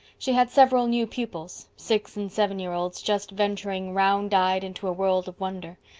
she had several new pupils, six and seven-year-olds just venturing, round-eyed, into a world of wonder.